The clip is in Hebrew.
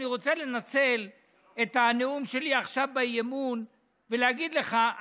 אני רוצה לנצל את הנאום שלי עכשיו באי-אמון ולהגיד לך,